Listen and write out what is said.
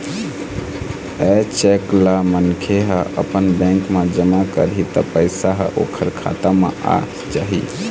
ए cheque ल मनखे ह अपन बेंक म जमा करही त पइसा ह ओखर खाता म आ जाही